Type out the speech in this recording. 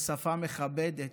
של שפה מכבדת,